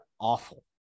awful